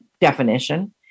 definition